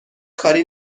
کاری